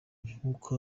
nk’uko